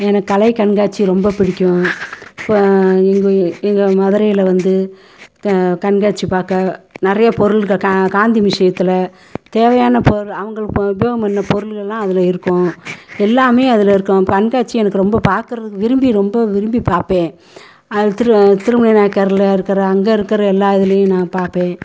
எனக்கு கலை கண்காட்சி ரொம்ப பிடிக்கும் இப்போ எங்கள் எங்கள் மதுரையில் வந்து இப்போ கண்காட்சி பார்க்க நிறையா பொருள்கள் கா காந்தி மியூசியத்தில் தேவையான பொருள் அவங்களுக்கு இப்போ உபயோகம் பண்ணுன பொருள்களளெல்லாம் அதில் இருக்கும் எல்லாமே அதில் இருக்கும் கண்காட்சியை எனக்கு ரொம்ப பார்க்குறதுக்கு விரும்பி ரொம்ப விரும்பி பார்ப்பேன் அது திரு திருமண நாயக்கரில் இருக்கிற அங்கே இருக்கிற எல்லா இதுலேயும் நான் பார்ப்பேன்